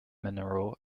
mineral